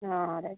ആ അതെയതെ